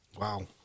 Wow